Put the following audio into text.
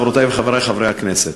חברותי וחברי חברי הכנסת,